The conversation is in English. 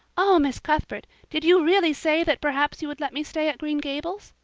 oh, miss cuthbert, did you really say that perhaps you would let me stay at green gables?